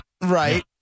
Right